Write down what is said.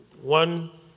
one